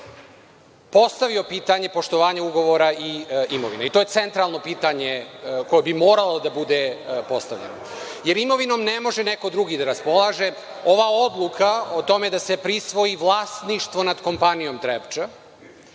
postavio pitanje poštovanja ugovora i imovine. To je centralno pitanje koje bi moralo da bude postavljeno, jer imovinom ne može neko drugi da raspolaže. Ova odluka o tome da se prisvoji vlasništvo nad kompanijom „Trepča“